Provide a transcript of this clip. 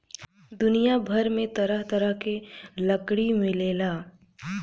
दुनिया भर में तरह तरह के लकड़ी मिलेला